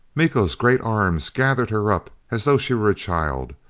miko's great arms gathered her up as though she were a child.